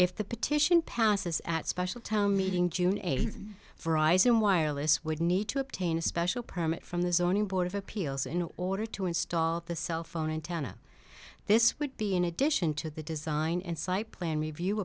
if the petition passes at special town meeting june eighth for rising wireless would need to obtain a special permit from the zoning board of appeals in order to install the cell phone antenna this would be in addition to the design and site plan review